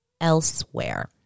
elsewhere